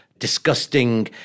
disgusting